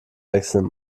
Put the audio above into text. wechseln